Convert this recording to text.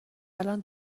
الان